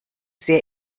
sehr